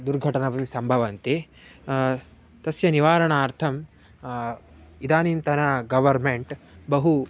दुर्घटनापि सम्भवन्ति तस्य निवारणार्थम् इदानीन्तन गवर्मेण्ट् बहु